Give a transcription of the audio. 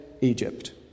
Egypt